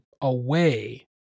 away